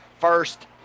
first